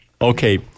Okay